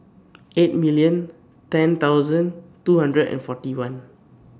eight million ten thousand two hundred and forty one